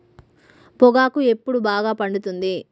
పొగాకు ఎప్పుడు బాగా పండుతుంది?